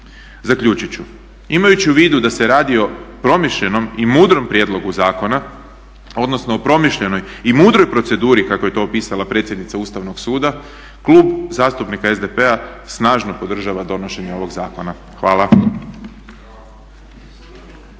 Zaključit ću. Imajući u vidu da se radi o promišljenom i mudrom prijedlogu zakona odnosno o promišljenoj i mudroj proceduri kako je to opisala predsjednica Ustavnog suda, Klub zastupnika SDP-a snažno podržava donošenje ovog zakona. Hvala.